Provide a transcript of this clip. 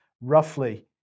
roughly